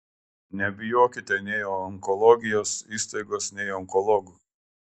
nebijokite nei onkologijos įstaigos nei onkologų